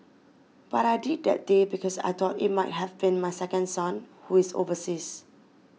but I did that day because I thought it might have been my second son who is overseas